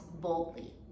boldly